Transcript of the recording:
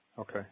Okay